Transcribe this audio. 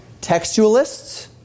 Textualists